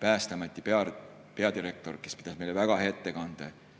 Päästeameti peadirektor, kes pidas meile väga hea ettekande,